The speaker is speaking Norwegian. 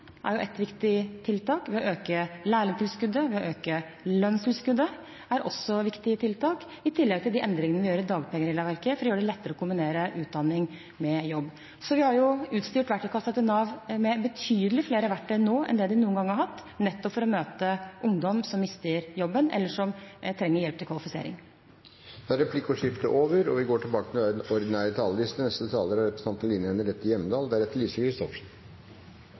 ett viktig tiltak, det å øke lærlingtilskuddet og øke lønnstilskuddet er også viktige tiltak, i tillegg til de endringene vi gjør i dagpengeregelverket for å gjøre det lettere å kombinere utdanning og jobb. Så vi har jo utstyrt verktøykassa til Nav med betydelig flere verktøy nå enn det de noen gang har hatt, nettopp for å møte ungdom som mister jobben, eller som trenger hjelp til kvalifisering. Da er replikkordskiftet over. En aktiv vårsesjon er snart over. Mange viktige vedtak er